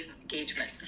engagement